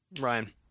ryan